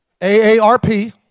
AARP